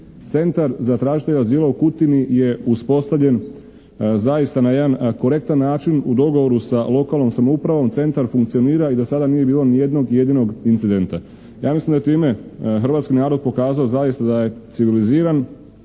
Centar za tražitelje azila u Kutini je uspostavljen zaista na jedan korektan način u dogovoru sa lokalnom samoupravom. Centar funkcionira i do sada nije bilo ni jednog jedinog incidenta. Ja mislim da je time hrvatski narod pokazao zaista da je civiliziran